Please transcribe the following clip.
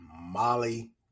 Molly